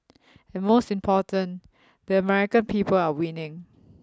and most important the American people are winning